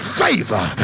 favor